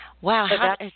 Wow